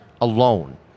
alone